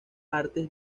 artes